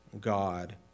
God